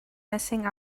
messing